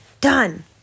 Done